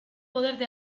poder